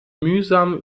mühsam